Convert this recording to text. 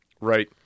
right